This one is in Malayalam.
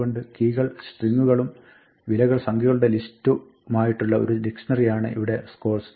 അതുകൊണ്ട് കീകൾ സ്ട്രിങ്ങുകളും വിലകൾ സംഖ്യകളുടെ ലിസ്റ്റുമായിട്ടുള്ള ഒരു ഡിക്ഷ്ണറിയാണ് ഈ scores